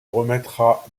remettra